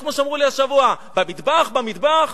לא כמו שאמרו לי השבוע: במטבח, במטבח.